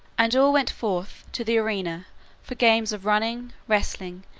and all went forth to the arena for games of running, wrestling,